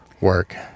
work